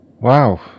Wow